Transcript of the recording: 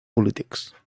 polítics